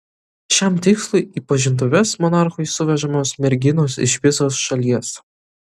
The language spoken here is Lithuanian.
šiam tikslui į pažintuves monarchui suvežamos merginos iš visos šalies